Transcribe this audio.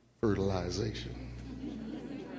fertilization